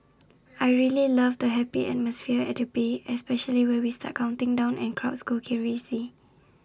I really love the happy atmosphere at the bay especially when we start counting down and crowds go crazy